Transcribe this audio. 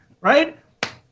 right